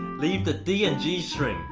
leave the d and g string.